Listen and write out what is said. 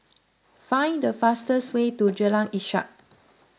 find the fastest way to Jalan Ishak